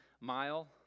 Mile